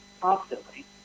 constantly